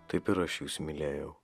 taip ir aš jus mylėjau